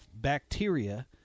bacteria